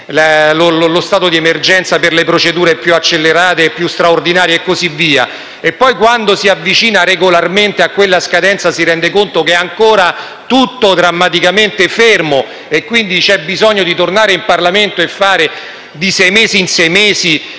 lo stato di emergenza per le procedure più accelerate e più straordinarie e così via - e poi si avvicina regolarmente quella scadenza e si rende conto che è ancora tutto drammaticamente fermo, per cui c'è bisogno di tornare in Parlamento e fare delle proroghe, di sei mesi